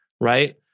right